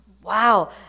Wow